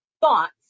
thoughts